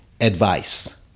advice